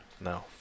No